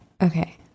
Okay